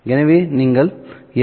எனவே நீங்கள் எல்